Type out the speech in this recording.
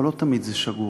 אבל לא תמיד זה שגור.